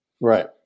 Right